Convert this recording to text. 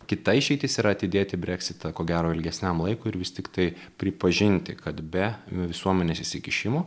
kita išeitis yra atidėti breksitą ko gero ilgesniam laikui ir vis tiktai pripažinti kad be visuomenės įsikišimo